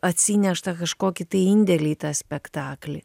atsineštą kažkokį indėlį į tą spektaklį